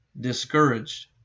discouraged